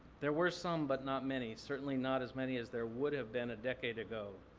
there were some but not many. certainly not as many as there would have been a decade ago.